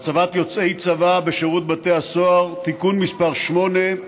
(הצבת יוצאי צבא בשירות בתי הסוהר) (תיקון מס' 8),